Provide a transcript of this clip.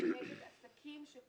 כדי לרדוף אחרי